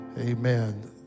Amen